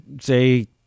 say